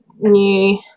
new